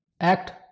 act